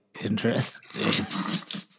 interesting